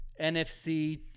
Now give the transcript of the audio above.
NFC